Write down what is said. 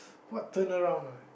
what turn around ah